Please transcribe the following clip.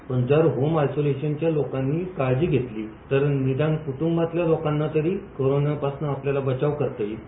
पण जर होम आयसोलेशच्या लोकांनी काळजी घेतली तर निदान कुटुंबातल्या लोकांना तरी कोरोनापासून आपल्याला बचाव करता येईल